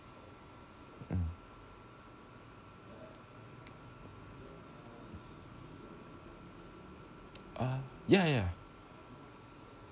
um uh ya ya